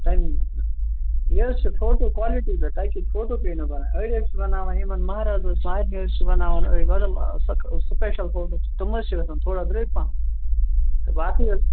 تمے یہِ حظ چھُ فوٹو قالٹی پٮ۪ٹھ تۄہہِ کِتھ فوٹو پینو بَناوٕنۍ أرۍ حظ چھِ بَناوان یِمن ماہرازس ماہرنہِ حظ چھِ بَناوان أرۍ بَدل سِپیٚشل فوٹو تِم حظ چھِ گَژھان تھوڑا درٛوگۍ پَہم تہٕ باقٕے حظ